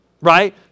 Right